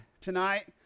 tonight